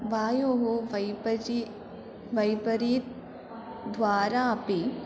वायोः वैपरीत्यं वैपरीत्यद्वारा अपि